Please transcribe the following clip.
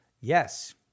Yes